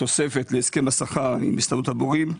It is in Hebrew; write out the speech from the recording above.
תוספת להסכם השכר עם הסתדרות המורים.